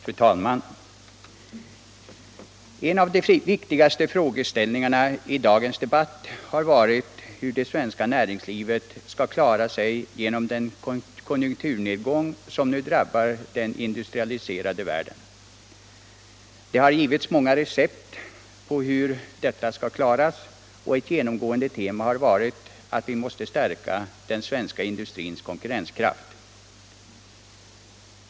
Fru talman! En av de viktigaste frågeställningarna i dagens debatt har varit hur det svenska näringslivet skall klara sig genom den konjunkturnedgång som nu drabbar den industrialiserade världen. Det har givits många recept på hur detta skall ske, och ett genomgående tema har varit att vi måste stärka den svenska industrins konkurrenskraft.